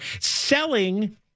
Selling